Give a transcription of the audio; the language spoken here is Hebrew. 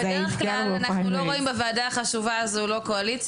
אנחנו בדרך כלל לא רואים בוועדה החשובה הזאת קואליציה,